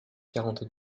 quarante